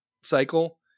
cycle